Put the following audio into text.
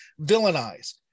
villainize